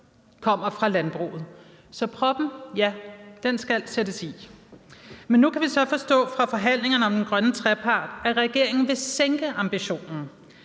kommer fra landbruget. Så ja, proppen skal sættes i. Men nu kan vi så forstå fra forhandlingerne om den grønne trepart, at regeringen vil sænke ambitionsniveauet,